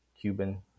Cuban